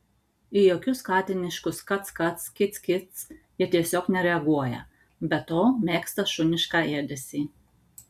į jokius katiniškus kac kac kic kic ji tiesiog nereaguoja be to mėgsta šunišką ėdesį